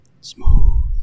smooth